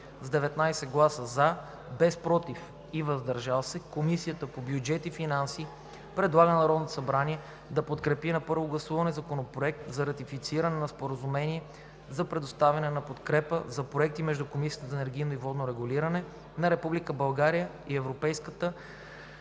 с 19 гласа „за“, без „против“ и „въздържал се“, Комисията по бюджет и финанси предлага на Народното събрание да подкрепи на първо гласуване Законопроект за ратифициране на Споразумение за предоставяне на подкрепа за проекти между Комисията за енергийно и водно регулиране на Република